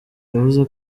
yavuze